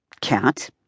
Cat